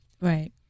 Right